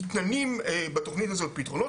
ניתנים בתוכנית הזאת פתרונות,